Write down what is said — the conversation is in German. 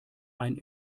ein